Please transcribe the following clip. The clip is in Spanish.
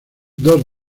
dos